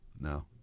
no